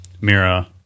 Mira